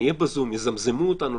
נהיה בזום "יזמזמו" אותנו,